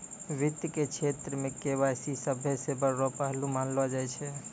वित्त के क्षेत्र मे के.वाई.सी सभ्भे से बड़ो पहलू मानलो जाय छै